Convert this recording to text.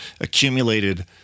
accumulated